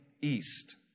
east